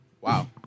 Wow